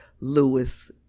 Lewis